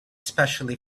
especially